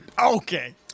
Okay